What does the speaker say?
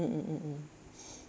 mm mm mm